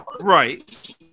Right